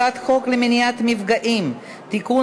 הצעת חוק למניעת מפגעים (תיקון,